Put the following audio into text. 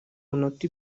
munota